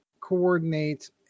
coordinate